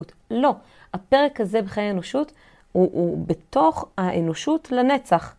לא. הפרק הזה בחיי האנושות הוא בתוך האנושות לנצח.